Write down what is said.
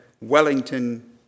Wellington